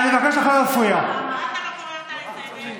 אני מבקש ממך לא להפריע.